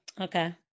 Okay